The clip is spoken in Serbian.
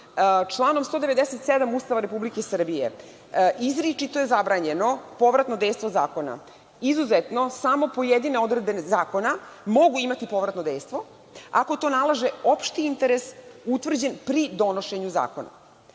članom 197. Ustava Republike Srbije, izričito je zabranjeno povratno dejstvo zakona, izuzetno samo pojedine odredbe zakona mogu imati povratno dejstvo, ako to nalaže opšti interes utvrđen pri donošenju zakona. Ovaj